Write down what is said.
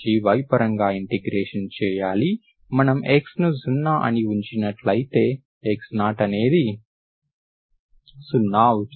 మనం xని 0 అని ఉంచినట్లయితే x0 అనేది 0 అవుతుంది